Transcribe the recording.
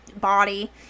body